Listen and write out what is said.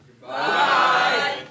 Goodbye